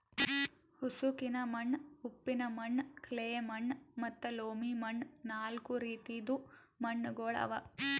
ಉಸುಕಿನ ಮಣ್ಣ, ಉಪ್ಪಿನ ಮಣ್ಣ, ಕ್ಲೇ ಮಣ್ಣ ಮತ್ತ ಲೋಮಿ ಮಣ್ಣ ನಾಲ್ಕು ರೀತಿದು ಮಣ್ಣುಗೊಳ್ ಅವಾ